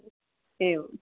एवं